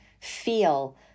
feel